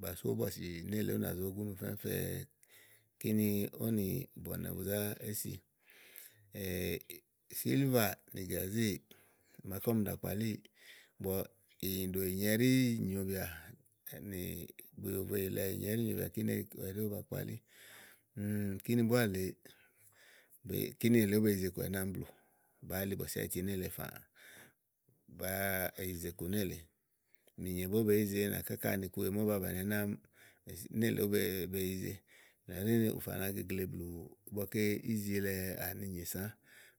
bà só bɔ̀sì nèlèe ú nà zó gunù fɛfɛ́ kini ówò nì bɔ̀nɛ̀ bu zé si. Sìlvà nì gàzéè máaké ɔmi zá kpalíì, ìnyìɖò ìnyi ɛɖi nyòobìà, úni bùyòvoè ílɛ ɛɖi nyòo bìà kìni búá ówo ba kpalí, kíni búá lèee, kìni èle ówò be yize iku ɛnɛ̀ àámi blù bàáa li bɔ̀sì áyiti nélèe fàá bàáa yize iku nélèe, mìnyé màa ówó be yize nì ákáka nì iku wèe màa ówò ba báni ɛnɛ́ àámi nélèe ówò be yize nìlɔ ɖi ni ù fana gegle blù ìgbɔké ízilɛ nyì sã